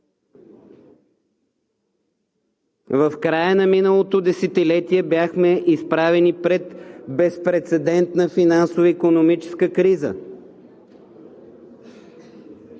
В края на миналото десетилетие бяхме изправени пред безпрецедентна финансова и икономическа криза,